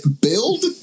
Build